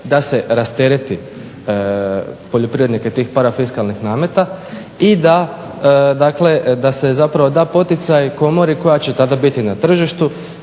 da se rastereti poljoprivrednike tih parafiskalnih nameta i da dakle da se zapravo da poticaj komori koja će tada biti na tržištu